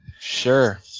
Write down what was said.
Sure